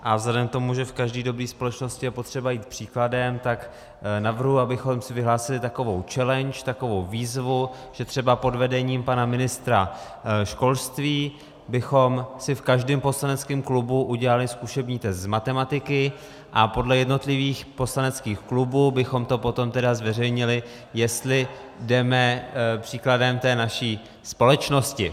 A vzhledem k tomu, že v každé dobré společnosti je potřeba jít příkladem, tak navrhuji, abychom si vyhlásili takovou challenge, takovou výzvu, že třeba pod vedením pana ministra školství bychom si v každém poslaneckém klubu udělali zkušební test z matematiky a podle jednotlivých poslaneckých klubů bychom to potom tedy zveřejnili, jestli jdeme příkladem té naší společnosti.